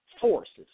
forces